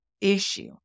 issue